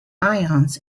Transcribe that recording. ions